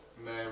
Man